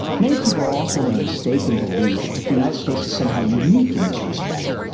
many people are also under the mistaken belief that the united states is somehow unique in this respect,